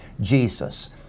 Jesus